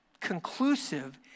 conclusive